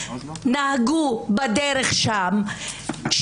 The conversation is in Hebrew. נהגו בדרך שם,